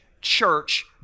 church